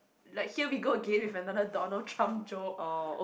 like here we go again with another Donald-Trump joke